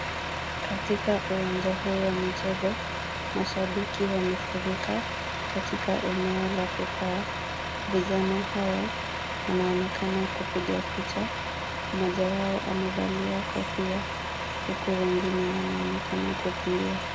Katika uwanja huu wa michezo, mashabiki wamefuika katika eneo la kukaa. Vijana hawa, wanaonekana kupiga picha. Mmoja wao amevalia kofia huku wengine wanaonekana kukimbia.